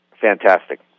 Fantastic